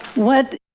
what